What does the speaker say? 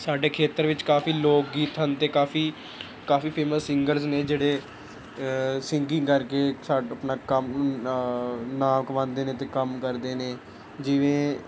ਸਾਡੇ ਖੇਤਰ ਵਿੱਚ ਕਾਫੀ ਲੋਕ ਗੀਤ ਹਨ ਅਤੇ ਕਾਫੀ ਕਾਫੀ ਫੇਮਸ ਸਿੰਗਰਸ ਨੇ ਜਿਹੜੇ ਸਿੰਗਿੰਗ ਕਰਕੇ ਸਾਡ ਆਪਣਾ ਕੰਮ ਨਾਮ ਕਮਾਉਂਦੇ ਨੇ ਅਤੇ ਕੰਮ ਕਰਦੇ ਨੇ ਜਿਵੇਂ